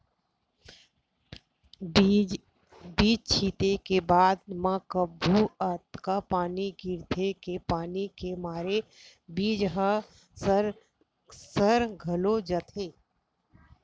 बीजा छिते के बाद म कभू अतका पानी गिरथे के पानी के मारे बीजा ह सर घलोक जाथे